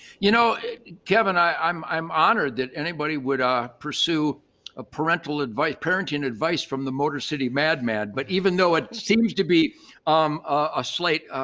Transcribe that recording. you know, kevin, i'm i'm honored that anybody would ah pursue ah parental advice, parenting advice from the motor city madman. but even though it seems to be a slate